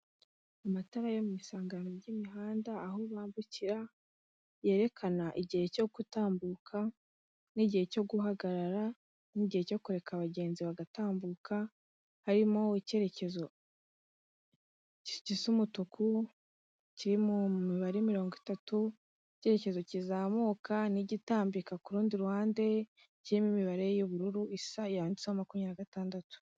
Amatara yo mu isangano ry'imihanda aho bambukira, yerekana igihe cyo gutambuka n'igihe cyo guhagarara n'igihe cyo kureka abagenzi bagatambuka, harimo icyerekezo gisa umutuku kirimo imibare mirongo itatu, icyerekezo kizamuka n'igitambika ku rundi ruhande kirimo imibare y'ubururu isa yanditseho makumyabiri na gatandatu.